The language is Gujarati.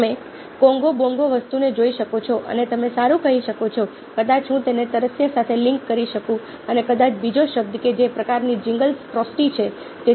તમે કોંગો બોંગો વસ્તુને જોઈ શકો છો અને તમે સારું કહી શકો છો કદાચ હું તેને તરસ્યા સાથે લિંક કરી શકું અને કદાચ બીજો શબ્દ કે જે પ્રકારની જિંગલ્સ ફ્રોસ્ટી છે